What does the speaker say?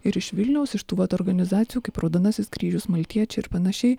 ir iš vilniaus iš tų vat organizacijų kaip raudonasis kryžius maltiečiai ir panašiai